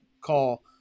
call